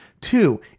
Two